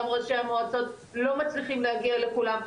גם ראשי המועצות לא מצליחים להגיע לכולם,